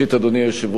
אדוני היושב-ראש,